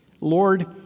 Lord